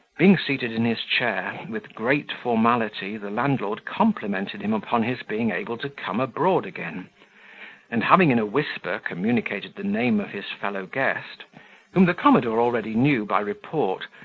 being seated in his chair, with great formality the landlord complimented him upon his being able to come abroad again and having in a whisper communicated the name of his fellow-guest, whom the commodore already knew by report,